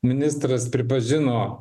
ministras pripažino